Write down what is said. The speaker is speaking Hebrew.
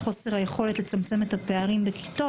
את חוסר היכולת לצמצם את הפערים בכיתות,